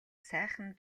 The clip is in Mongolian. сайхан